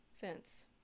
fence